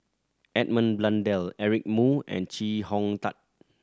Edmund Blundell Eric Moo and Chee Hong Tat